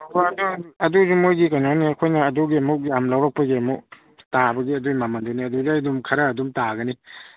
ꯍꯣꯏ ꯑꯗꯨ ꯑꯗꯨꯁꯨ ꯃꯣꯏꯒꯤ ꯀꯩꯅꯣꯅꯤ ꯑꯩꯈꯣꯏꯅ ꯑꯗꯨꯒꯤ ꯑꯃꯨꯛ ꯌꯥꯝ ꯂꯧꯔꯛꯄꯒꯤ ꯑꯃꯨꯛ ꯇꯥꯕꯒꯤ ꯑꯗꯨꯒꯤ ꯃꯃꯜꯗꯨꯅꯤ ꯑꯗꯨꯗꯩ ꯑꯗꯨꯝ ꯈꯔ ꯑꯗꯨꯝ ꯇꯥꯒꯅꯤ